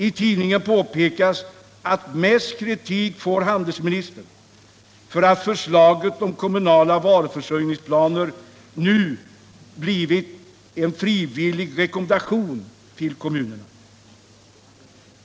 I tidningen påpekas att mest kritik får handelsministern för att förslaget om kommunala varuförsörjningsplaner nu blir en frivillig rekommendation till kommunerna.